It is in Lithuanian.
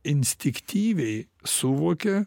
instiktyviai suvokia